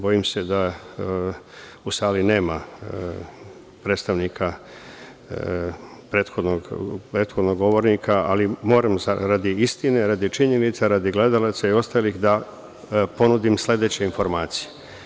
Bojim se da u sali nema predstavnika prethodnog govornika, ali moram radi istine, radi činjenica, radi gledalaca i ostalih da ponudim sledeće informacije.